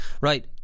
Right